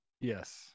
Yes